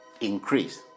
increase